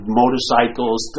motorcycles